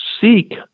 Seek